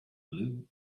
blue